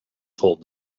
told